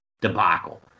debacle